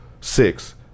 six